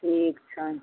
ठीक छनि